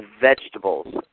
vegetables